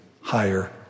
higher